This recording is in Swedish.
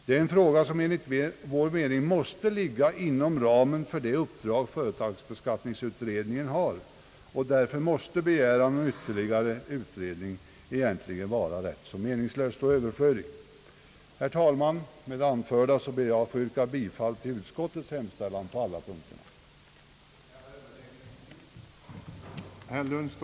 Det är en fråga som enligt vår mening måste ligga inom ramen för det uppdrag företagsbeskattningsutredningen = har, och därför måste en begäran om ytterligare utredning vara överflödig. Herr talman! Med det anförda ber jag att få yrka bifall till bevillningsutskottets hemställan på alla punkter.